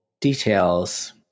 details